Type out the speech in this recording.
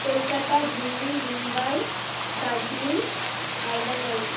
কলকাতা দিল্লি মুম্বাই দার্জিলিং আর ব্যাঙ্গালোর